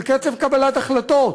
של קצב קבלת החלטות,